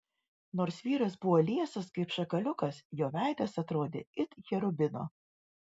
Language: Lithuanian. nors vyras buvo liesas kaip šakaliukas jo veidas atrodė it cherubino